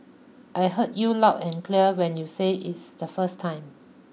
I heard you loud and clear when you say is the first time